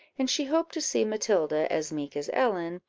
and she hoped to see matilda as meek as ellen,